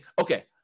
okay